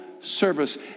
service